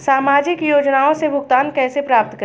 सामाजिक योजनाओं से भुगतान कैसे प्राप्त करें?